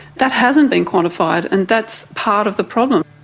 that hasn't been qualified and that's part of the problem.